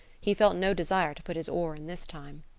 he felt no desire to put his oar in this time.